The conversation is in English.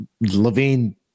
Levine